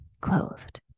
clothed